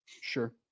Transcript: sure